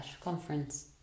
conference